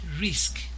risk